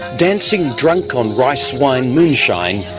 dancing drunk on rice wine moonshine,